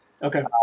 Okay